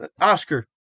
Oscar